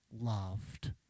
loved